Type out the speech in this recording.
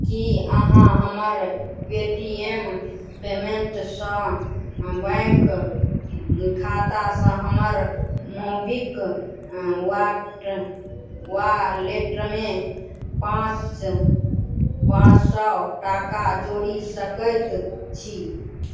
कि अहाँ हमर पेटीएम पेमेन्टसे बैँक खातासे हमर मोबिक वाट वॉलेटमे पाँच पाँच सओ टाका जोड़ि सकै छी